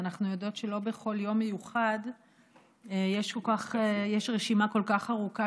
ואנחנו יודעות שלא בכל יום מיוחד יש רשימה כל כך ארוכה